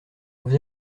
vous